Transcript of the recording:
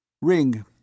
Ring